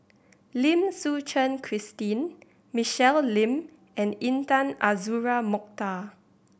Lim Suchen Christine Michelle Lim and Intan Azura Mokhtar